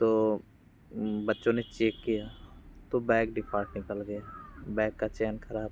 तो बच्चों ने चेक किया तो बैग डिफ़ॉल्ट निकल गया बैग का चैन ख़राब था